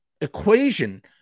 equation